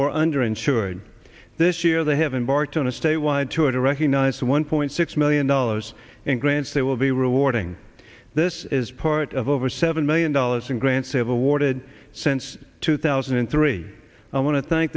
or under insured this year they have embarked on a statewide tour to recognize one point six million dollars in grants they will be rewarding this is part of over seven million dollars in grants have awarded since two thousand and three i want to thank